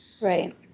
Right